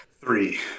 three